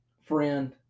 friend